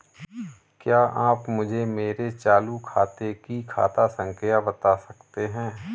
क्या आप मुझे मेरे चालू खाते की खाता संख्या बता सकते हैं?